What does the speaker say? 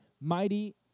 mighty